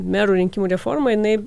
merų rinkimų reforma jinai